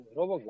Robo